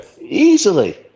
Easily